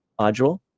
module